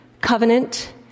covenant